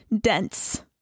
dense